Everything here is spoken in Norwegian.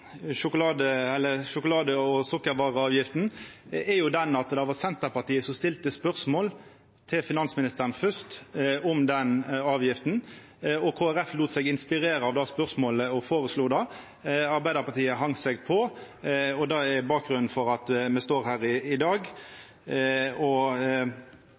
sjokolade- og sukkervareavgifta er at det var Senterpartiet som stilte spørsmål til finansministeren fyrst om den avgifta, og Kristeleg Folkeparti lét seg inspirera av det spørsmålet og foreslo det. Arbeidarpartiet hengde seg på, og det er bakgrunnen for at me står her i dag. Det er etablert eit fleirtal for den avgifta. Går ein inn og